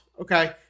okay